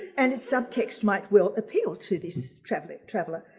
and it's subtext might well appeal to this traveling traveler.